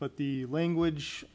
but the language